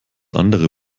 andere